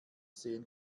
sehen